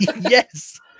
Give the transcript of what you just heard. Yes